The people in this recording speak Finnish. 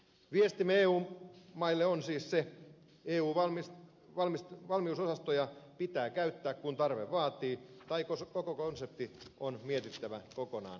viestimme eu maille on siis se että eun valmiusosastoja pitää käyttää kun tarve vaatii tai koko konsepti on mietittävä kokonaan uudelleen